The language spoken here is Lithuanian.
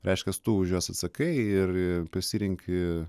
reiškias tu už juos atsakai ir pasirenki